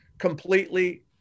completely